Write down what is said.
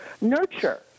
nurture